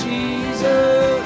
Jesus